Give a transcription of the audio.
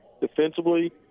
defensively